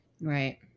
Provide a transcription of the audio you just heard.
Right